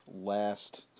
last